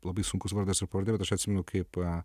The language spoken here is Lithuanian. labai sunkus vardas ir pavardė bet aš atsimenu kaip